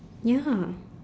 ya